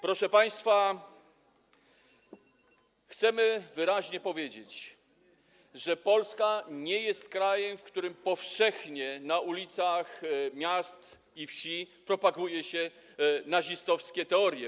Proszę państwa, chcemy wyraźnie powiedzieć, że Polska nie jest krajem, w którym powszechnie na ulicach miast i wsi propaguje się nazistowskie teorie.